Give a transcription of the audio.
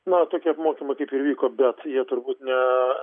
na tokie apmokymai kaip ir vyko bet jie turbūt ne